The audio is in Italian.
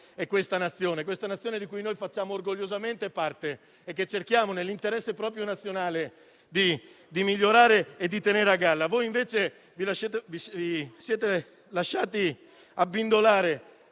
è questa Nazione di cui noi facciamo orgogliosamente parte e che cerchiamo, proprio nell'interesse collettivo, di migliorare e tenere a galla. Voi invece vi siete lasciati abbindolare